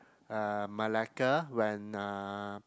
uh Malacca when uh